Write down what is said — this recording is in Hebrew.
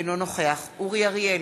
אינו נוכח אורי אריאל,